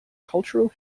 cultural